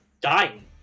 dying